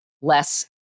less